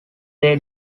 they